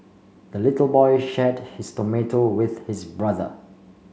the little boy shared his tomato with his brother